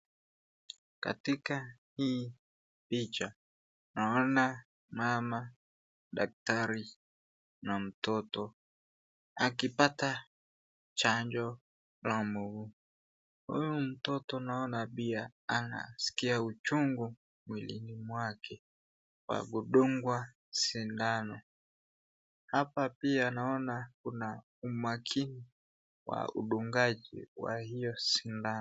Katika hii picha naona mama, daktari na mtoto akipata chanjo la mugu. Huyu mtoto naona pia anasikia uchungu mwilini mwake kwa kudungwa sindano. Hapa pia naona kuna umakini wa udungaji wa hiyo sindano.